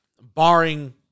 barring